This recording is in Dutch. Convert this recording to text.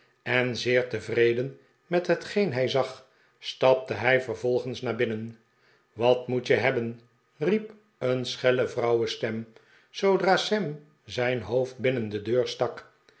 en zeer tevreden met hetgeen hij zag stapte hij vervolgens naar binnen wat moet je hebben riep een schelle vrouwenstem zoodra sam zijn hoofd binnen de deur stak